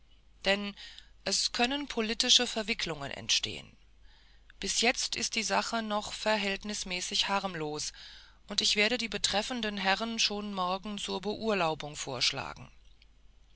denn es können politische verwicklungen entstehen bis jetzt ist die sache noch verhältnismäßig harmlos und ich werde die betreffenden herren schon morgen zur beurlaubung vorschlagen